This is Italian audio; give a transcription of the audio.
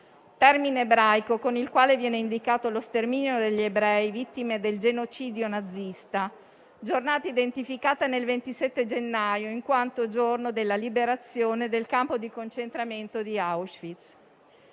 termine ebraico con il quale viene indicato lo sterminio degli ebrei vittime del genocidio nazista - identificata nel 27 gennaio, in quanto giorno della liberazione del campo di concentramento di Auschwitz.